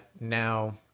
now